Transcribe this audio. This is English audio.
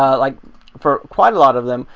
um like for quite a lot of them,